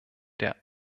der